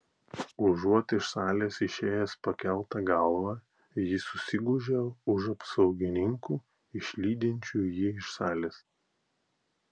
užuot iš salės išėjęs pakelta galva jis susigūžia už apsaugininkų išlydinčių jį iš salės